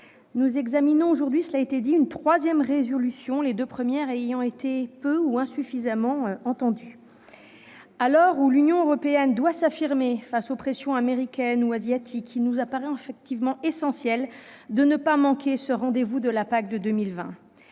nous examinons aujourd'hui une troisième proposition de résolution, les deux premières ayant été peu ou pas entendues. À l'heure où l'Union européenne doit s'affirmer face aux pressions américaines ou asiatiques, il nous apparaît essentiel de ne pas manquer le rendez-vous de la PAC de 2020.